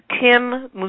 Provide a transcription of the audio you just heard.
Tim